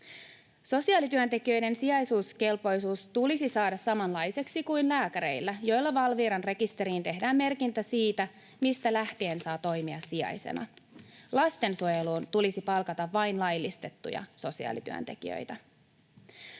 Sosiaalityöntekijöiden sijaisuuskelpoisuus tulisi saada samanlaiseksi kuin lääkäreillä, joilla Valviran rekisteriin tehdään merkintä siitä, mistä lähtien saa toimia sijaisena. Lastensuojeluun tulisi palkata vain laillistettuja sosiaalityöntekijöitä.